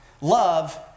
love